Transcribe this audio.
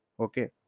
okay